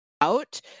out